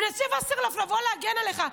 מנסה וסרלאוף לבוא להגן עליך.